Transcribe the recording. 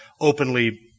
openly